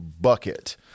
bucket